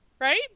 Right